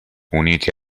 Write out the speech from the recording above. unite